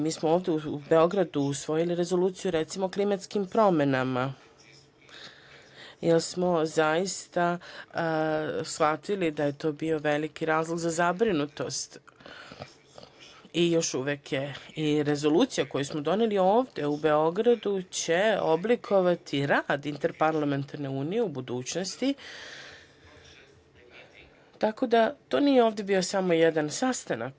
Mi smo ovde u Beogradu usvojili Rezoluciju, recimo, o klimatskim promenama jer smo zaista shvatili da je to bio veliki razloga za zabrinutost i još uvek je i Rezolucija koju smo doneli ovde u Beogradu će oblikovati rad Interparlamentarne unije u budućnosti, tako da to nije bio samo ovde jedan sastanak.